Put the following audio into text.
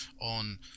on